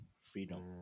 freedom